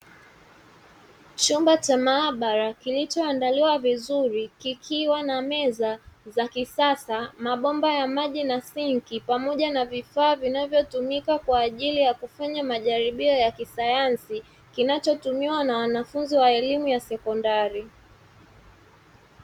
Chumba cha maabara kilichoandaliwa vizuri kikiwa na meza za kisasa, mabomba ya maji na sinki pamoja na vifaa vinavyotumika katika kufanya majaribio ya kisayansi kinachotumiwa na wanafunzi wa elimu ya sekondari.